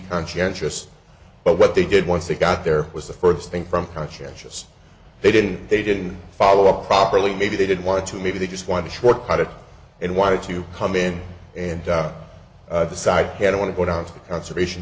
conscientious but what they did once they got there was the furthest thing from conscientious they didn't they didn't follow up properly maybe they didn't want to maybe they just want to shortcut it and wanted to come in and decide can i want to put on a conservation